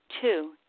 Two